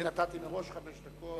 אני נתתי מראש חמש דקות.